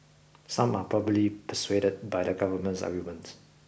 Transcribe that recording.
some are probably persuaded by the government's arguments